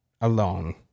alone